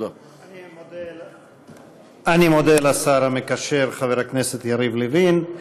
אני מודה לשר המקשר, חבר הכנסת יריב לוין.